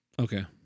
Okay